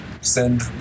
send